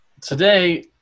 today